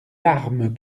larmes